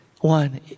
One